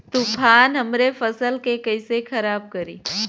तूफान हमरे फसल के कइसे खराब करी?